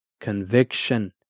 conviction